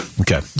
Okay